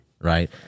right